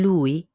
Lui